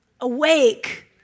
awake